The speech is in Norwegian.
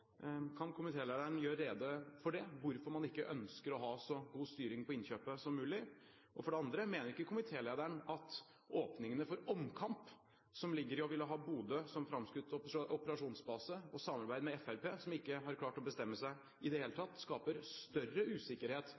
Kan komitélederen gjøre rede for hvorfor man ikke ønsker å ha så god styring på innkjøpet som mulig? For det andre: Mener ikke komitélederen at åpningene for omkamp som ligger i å ville ha Bodø som framskutt operasjonsbase og samarbeidet med Fremskrittspartiet, som ikke har klart å bestemme seg i det hele tatt, skaper større usikkerhet